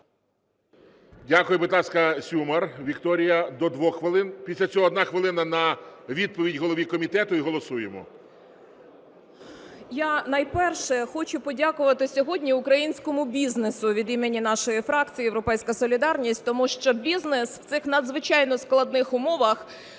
Дякую. Будь ласка, Сюмар Вікторія – до 2 хвилин, після цього 1 хвилина на відповідь голові комітету, і голосуємо. 11:01:24 СЮМАР В.П. Я найперше хочу подякувати сьогодні українському бізнесу від імені нашої фракції "Європейська солідарність", тому що бізнес в цих надзвичайно складних умовах